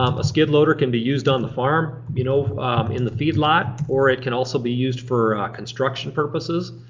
um a skid loader can be used on the farm you know in the feed lot or it can also be used for construction purposes.